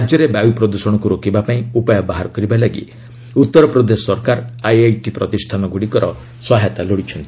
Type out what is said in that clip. ରାଜ୍ୟରେ ବାୟୁ ପ୍ରଦ୍ଷଣକୁ ରୋକିବାପାଇଁ ଉପାୟ ବାହାର କରିବା ଲାଗି ଉତ୍ତର ପ୍ରଦେଶ ସରକାର ଆଇଆଇଟି ପ୍ରତିଷ୍ଠାନଗୁଡ଼ିକର ସହାୟତା ଲୋଡ଼ିଛନ୍ତି